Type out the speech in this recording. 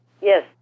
Yes